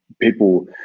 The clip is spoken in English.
people